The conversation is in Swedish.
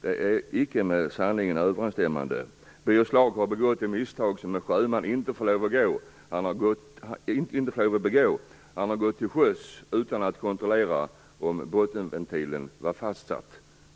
Det är icke med sanningen överensstämmande. Birger Schlaug har begått det misstag som en sjöman inte får lov att begå. Han har gått till sjöss utan att kontrollera om bottenventilen var fastsatt.